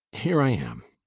here i am.